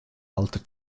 alter